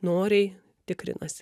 noriai tikrinasi